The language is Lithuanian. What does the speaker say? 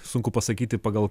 sunku pasakyti pagal